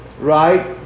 right